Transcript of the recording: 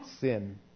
sin